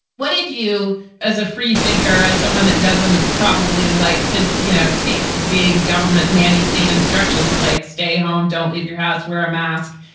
what did you as a free thinker, as someone that doesn't probably like to, you know, take big government nanny state instructions like stay home, don't leave your house wear a mask.